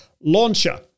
Launcher